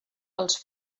els